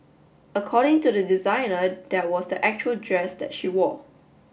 according to the designer that was the actual dress that she wore